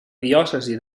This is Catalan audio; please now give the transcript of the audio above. diòcesi